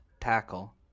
tackle